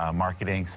um marketing, so